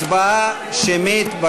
הצבעה שמית.